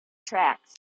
tracks